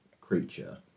creature